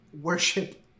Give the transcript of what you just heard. worship